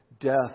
death